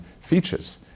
features